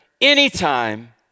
anytime